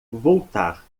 voltar